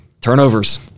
Turnovers